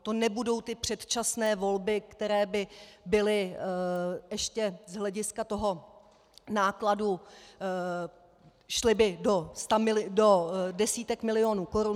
To nebudou ty předčasné volby, které by byly ještě z hlediska toho nákladu, šly by do desítek milionů korun.